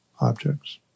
objects